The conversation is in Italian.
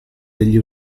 degli